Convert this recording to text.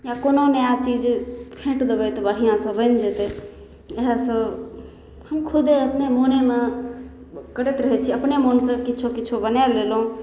या कोनो नया चीज फेट देबै तऽ बढ़िऑं से बैन जेतै इएह सब हम खुदे अपन मनेमे करैत रहै छी अपने मन सँ किछो किछो बना लेलहुॅं